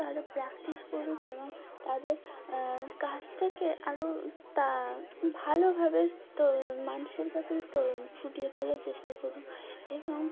তারও প্র্যাকটিস করুক এবং তাদের কাজটাকে আরও তা ভালোভাবে তো মানুষের কাছে তো ফুটিয়ে তোলার চেষ্টা করুক এবং